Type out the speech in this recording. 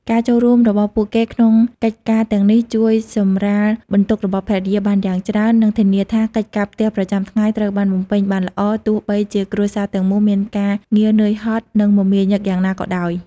ការចូលរួមរបស់ពួកគេក្នុងកិច្ចការទាំងនេះជួយសម្រាលបន្ទុករបស់ភរិយាបានយ៉ាងច្រើន និងធានាថាកិច្ចការផ្ទះប្រចាំថ្ងៃត្រូវបានបំពេញបានល្អ ទោះបីជាគ្រួសារទាំងមូលមានការងារនឿយហត់ និងមមាញឹកយ៉ាងណាក៏ដោយ។